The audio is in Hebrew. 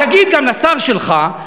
תגיד גם לשר שלך,